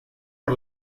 por